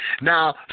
Now